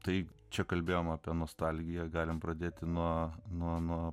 taip čia kalbėjome apie nostalgiją galime pradėti nuo nuo